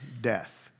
death